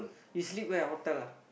you sleep where hotel ah